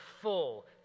full